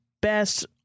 best